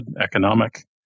economic